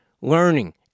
learning